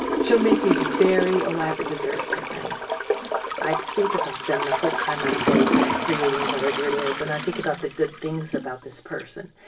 she'll make these very elaborate desserts for friends i think about them the whole time i'm baking or creating whatever it is. and i think about the good things about this person.